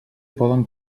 poden